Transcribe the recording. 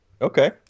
Okay